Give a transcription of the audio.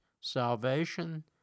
salvation